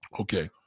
Okay